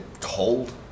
cold